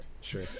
Sure